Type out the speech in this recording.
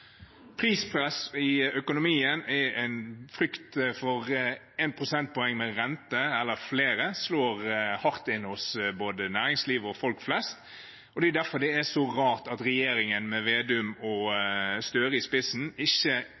Prispress i økonomien og frykt for ett prosentpoengs renteøkning eller mer slår hardt inn hos både næringslivet og folk flest. Det er derfor det er så rart at regjeringen, med Vedum og Støre i spissen, ikke